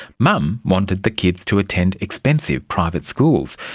mum wanted the kids to attend expensive private schools,